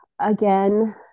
Again